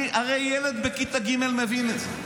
הרי ילד בכיתה ג' מבין את זה.